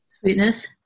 Sweetness